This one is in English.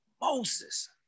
Moses